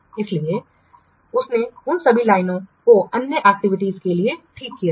इसलिए उसने इन सभी लाइनों को अन्य एक्टिविटीज के लिए ठीक किया है